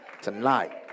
tonight